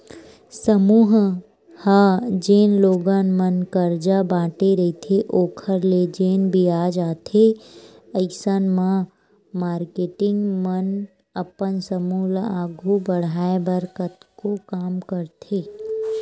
समूह ह जेन लोगन मन करजा बांटे रहिथे ओखर ले जेन बियाज आथे अइसन म मारकेटिंग मन अपन समूह ल आघू बड़हाय बर कतको काम करथे